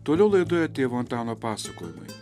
toliau laidoje tėvų antano pasakojimai